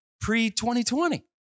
pre-2020